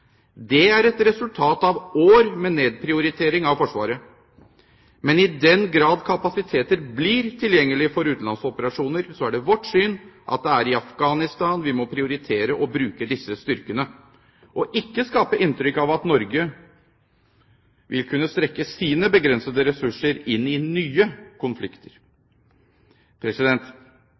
Det er et resultat av år med nedprioritering av Forsvaret. Men i den grad kapasiteter blir tilgjengelig for utenlandsoperasjoner, er det vårt syn at det er i Afghanistan vi må prioritere å bruke disse styrkene, og ikke skape inntrykk av at Norge vil kunne strekke sine begrensede ressurser inn i nye konflikter.